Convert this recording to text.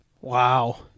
Wow